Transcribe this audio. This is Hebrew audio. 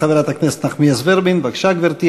חברת הכנסת נחמיאס ורבין, בבקשה, גברתי.